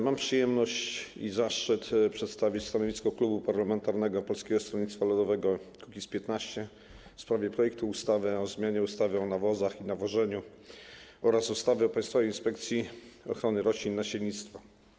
Mam przyjemność i zaszczyt przedstawić stanowisko klubu parlamentarnego Polskiego Stronnictwa Ludowego - Kukiz15 w sprawie projektu ustawy o zmianie ustawy o nawozach i nawożeniu oraz ustawy o Państwowej Inspekcji Ochrony Roślin i Nasiennictwa.